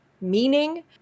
meaning